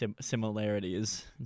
similarities